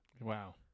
Wow